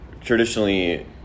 traditionally